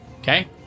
Okay